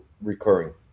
recurring